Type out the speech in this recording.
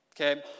Okay